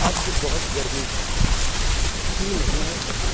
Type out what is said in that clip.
ਅੱਜ ਬਹੁਤ ਗਰਮੀ ਹੈ ਕੀ ਨਹੀਂ ਹੈ